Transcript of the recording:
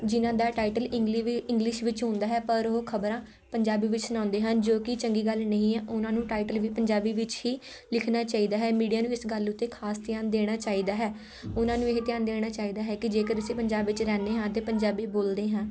ਜਿਹਨਾਂ ਦਾ ਟਾਈਟਲ ਇੰਗਲੀ ਵਿ ਇੰਗਲਿਸ਼ ਵਿੱਚ ਹੁੰਦਾ ਹੈ ਪਰ ਉਹ ਖਬਰਾਂ ਪੰਜਾਬੀ ਵਿੱਚ ਸੁਣਾਉਂਦੇ ਹਨ ਜੋ ਕਿ ਚੰਗੀ ਗੱਲ ਨਹੀਂ ਹੈ ਓਹਨਾਂ ਨੂੰ ਟਾਈਟਲ ਵੀ ਪੰਜਾਬੀ ਵਿੱਚ ਹੀ ਲਿਖਣਾ ਚਾਹੀਦਾ ਹੈ ਮੀਡੀਆ ਨੂੰ ਇਸ ਗੱਲ ਉੱਤੇ ਖਾਸ ਧਿਆਨ ਦੇਣਾ ਚਾਹੀਦਾ ਹੈ ਓਹਨਾਂ ਨੂੰ ਇਹ ਧਿਆਨ ਦੇਣਾ ਚਾਹੀਦਾ ਹੈ ਕਿ ਜੇਕਰ ਅਸੀਂ ਪੰਜਾਬ ਵਿੱਚ ਰਹਿੰਦੇ ਹਾਂ ਅਤੇ ਪੰਜਾਬੀ ਬੋਲਦੇ ਹਾਂ